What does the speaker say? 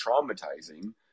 traumatizing